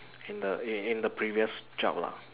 in the in the previous job lah